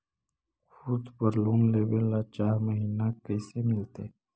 खूत पर लोन लेबे ल चाह महिना कैसे मिलतै?